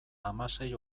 hamasei